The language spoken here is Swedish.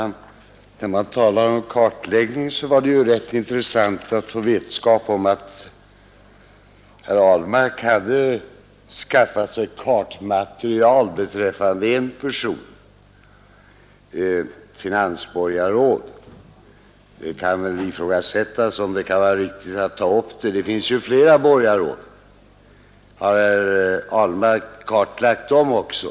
Herr talman! På tal om kartläggning var det ju rätt intressant att få vetskap om att herr Ahlmark hade skaffat sig kartmaterial beträffande en person. Men det kan väl ifrågasättas om det kan vara riktigt att välja just ett borgarråd. Det finns fler borgarråd. Har herr Ahlmark kartlagt dem också?